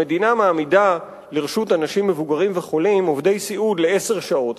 המדינה מעמידה לרשות אנשים מבוגרים וחולים עובדי סיעוד לעשר שעות.